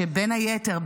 שבין היתר,